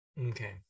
Okay